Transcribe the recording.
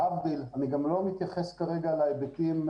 להבדיל, אני גם לא מתייחס כרגע להיבטים.